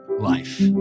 life